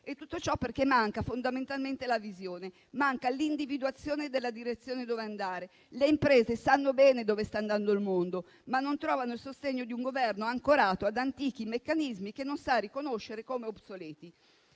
Tutto ciò perché manca fondamentalmente la visione, manca l'individuazione della direzione dove andare. Le imprese sanno bene dove sta andando il mondo, ma non trovano il sostegno di un Governo ancorato ad antichi meccanismi, che non sa riconoscere come obsoleti.